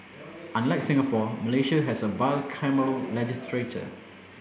unlike Singapore Malaysia has a bicameral legislature